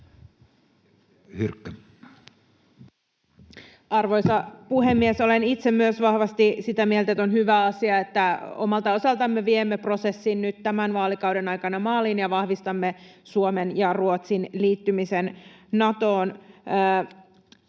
Arvoisa puhemies! Olen itse myös vahvasti sitä mieltä, että on hyvä asia, että omalta osaltamme viemme prosessin nyt tämän vaalikauden aikana maaliin ja vahvistamme Suomen ja Ruotsin liittymisen Natoon.